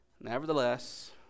nevertheless